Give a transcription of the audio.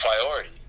priority